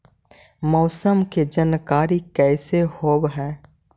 मौसमा के जानकारी कैसे होब है?